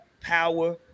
power